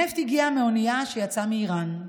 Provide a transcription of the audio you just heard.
הנפט הגיע מאונייה שיצאה מאיראן.